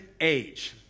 age